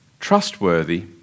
Trustworthy